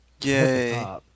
Yay